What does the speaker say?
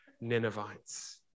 Ninevites